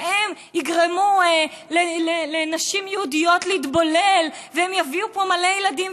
והם יגרמו לנשים יהודיות להתבולל והם יביאו פה מלא ילדים,